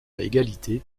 égalité